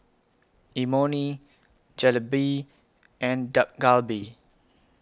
Imoni Jalebi and Dak Galbi